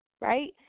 right